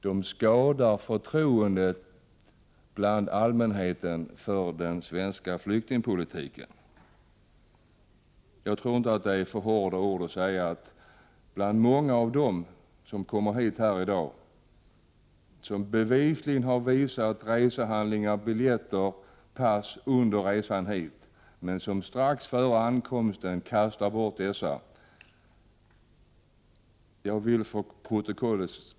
De skadar förtroendet bland allmänheten för den svenska flyktingpolitiken. Detta är det viktiga. Jag vill, för protokollet, säga att många av dem som kommer hit i dag, som bevisligen har visat resehandlingar, biljetter och pass under resan, men strax före ankomsten kastar bort dessa, är bedragare.